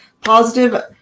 positive